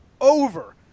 over